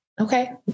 Okay